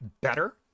better